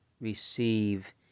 receive